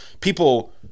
people